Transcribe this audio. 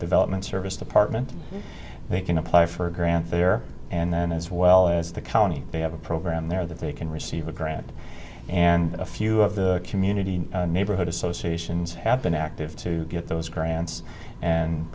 development service department they can apply for grants there and then as well as the county they have a program there that they can receive a grant and a few of the community and neighborhood associations have been active to get those grants and